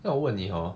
then 我问你 hor